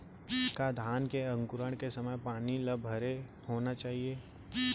का धान के अंकुरण के समय पानी ल भरे होना चाही?